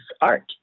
art